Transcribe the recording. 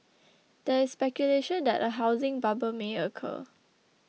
there is speculation that a housing bubble may occur